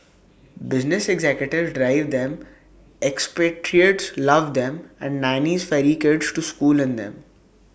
business executives drive them expatriates love them and nannies ferry kids to school in them